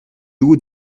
haut